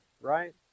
right